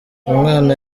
umwana